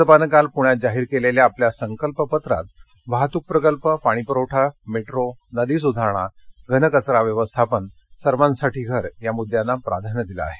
भाजपानं काल पुण्यात जाहीर केलेल्या आपल्या संकल्प पत्रात वाहतूक प्रकल्प पाणीपुरवठा मेट्रो प्रकल्प नदी सुधारणा घनकचरा व्यवस्थापन सर्वांसाठी घर या मुद्यांना प्राधान्य दिलं आहे